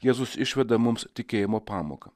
jėzus išveda mums tikėjimo pamoką